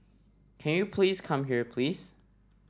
can you please come here please